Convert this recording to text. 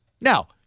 Now